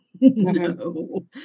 no